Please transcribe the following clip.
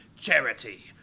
Charity